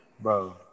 bro